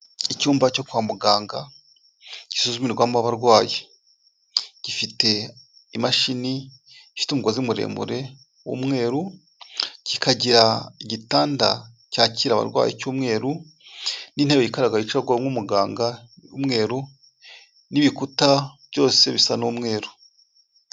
Icyumba cyo kwa muganga gisuzumirwamo abarwayi, gifite imashini ifite umugozi muremure w'umweru, kikagira igitanda cyakira abarwayi cy'umweru n'intebe yikaraga yicarwaho n'umuganga y'umweru, n'ibikuta byose bisa n'umweru.